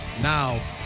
Now